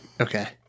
Okay